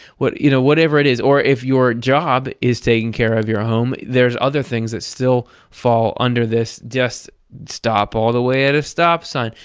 you know whatever it is. or if your job is taking care of your home, there's other things that still fall under this. just stop all the way at a stop sign.